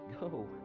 go